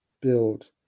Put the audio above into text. build